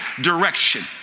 direction